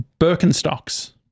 Birkenstocks